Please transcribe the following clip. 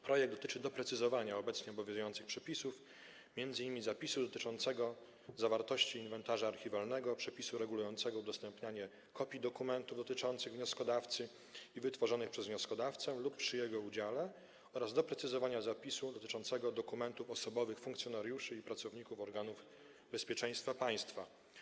Projekt dotyczy doprecyzowania obecnie obowiązujących przepisów, m.in. zapisu dotyczącego zawartości inwentarza archiwalnego, przepisu regulującego udostępnianie kopii dokumentów dotyczących wnioskodawcy i wytworzonych przez wnioskodawcę lub przy jego udziale, a także doprecyzowania zapisu dotyczącego dokumentów osobowych funkcjonariuszy i pracowników organów bezpieczeństwa państwa.